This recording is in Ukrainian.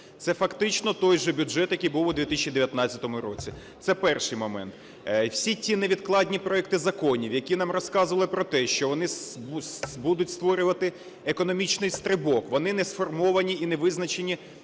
Це фактично той же бюджет, який був у 2019 році. Це перший момент. Всі ті невідкладні проекти законів, які нам розказували про те, що вони будуть створювати економічний стрибок, вони не сформовані і не визначені